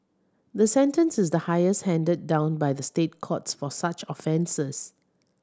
the sentence is the highest handed down by the State Courts for such offences